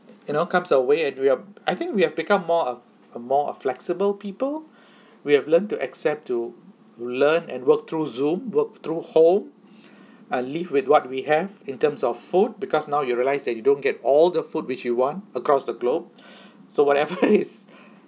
you know comes a way and we are I think we have become more of a more uh flexible people we have learnt to accept to learn and work through zoom work through home uh live with what we have in terms of food because now you realise that you don't get all the food which you want across the globe so whatever is